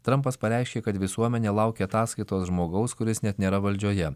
trampas pareiškė kad visuomenė laukia ataskaitos žmogaus kuris net nėra valdžioje